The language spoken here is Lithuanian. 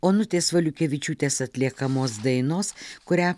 onutės valiukevičiūtės atliekamos dainos kurią